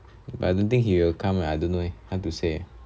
but I don't think he will come lah I don't know eh hard to say ah